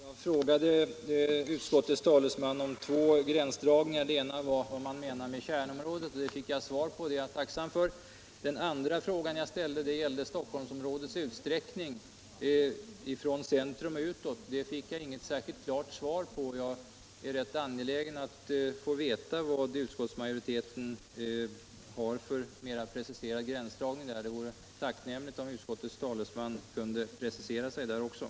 Herr talman! Jag frågade utskottets talesman om två gränsdragningar. Den ena frågan var vad man menar med kärnområde. Den fick jag svar på, och det är jag tacksam för. Den andra frågan gällde Stockholmsområdets utsträckning från centrum och utåt. På den frågan fick jag inget klart svar. Jag är rätt angelägen om att få veta utskottets mer preciserade gränsdragning i det fallet. Det vore därför tacknämligt om utskottets talesman kunde precisera sig på den punkten.